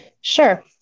Sure